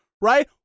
right